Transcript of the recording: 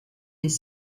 des